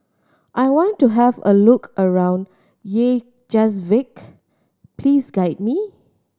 I want to have a look around Reykjavik please guide me